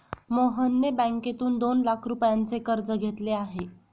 मोहनने बँकेतून दोन लाख रुपयांचे कर्ज घेतले आहे